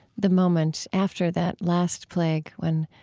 the moment after that last plague. when,